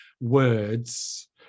words